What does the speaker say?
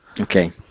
Okay